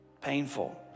painful